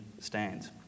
stands